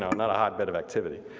not a hotbed of activity.